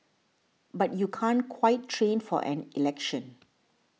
but you can't quite train for an election